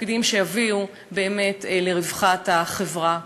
תפקידים שיביאו באמת לרווחת החברה כולה.